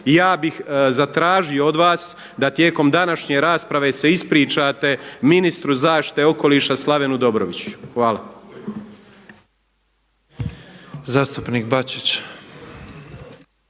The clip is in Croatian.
Ja bih zatražio od vas da tijekom današnje rasprave se ispričate ministru zaštite okoliša Slavenu Dobroviću. Hvala.